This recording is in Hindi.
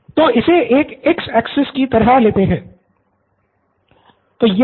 सिद्धार्थ तो इसे एक एक्स एक्सिस की तरह लेते हैं